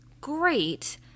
great